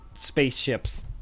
spaceships